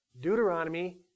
Deuteronomy